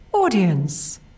Audience